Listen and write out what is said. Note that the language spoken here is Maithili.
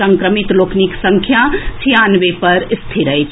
संक्रमित लोकनिक संख्या छियानवे पर स्थिर अछि